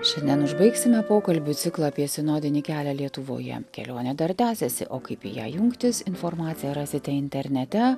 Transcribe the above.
šiandien užbaigsime pokalbių ciklą apie sinodinį kelią lietuvoje kelionė dar tęsiasi o kaip į ją jungtis informaciją rasite internete